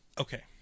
okay